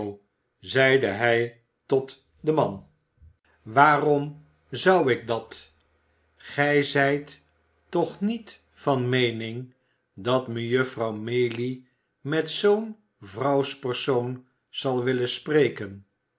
zeide hij tot den man olivier twist waarom zou ik dat gij zijt toch niet van meening dat mejuffrouw maylie met zoo'n vrouwspersoon zal willen spreken